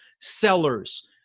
sellers